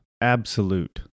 Absolute